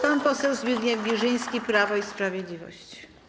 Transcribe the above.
Pan poseł Zbigniew Girzyński, Prawo i Sprawiedliwość.